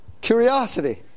curiosity